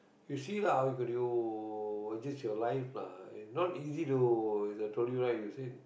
you see lah how could you adjust your life lah it's not easy to as I told you right you said